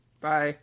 Bye